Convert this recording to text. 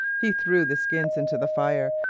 he threw the skins into the fire,